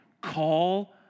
call